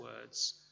words